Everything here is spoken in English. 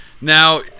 Now